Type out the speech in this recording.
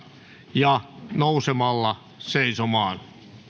ja nousemalla seisomaan